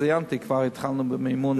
ציינתי שכבר התחלנו במימון.